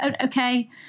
Okay